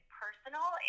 personal